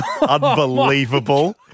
Unbelievable